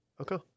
Okay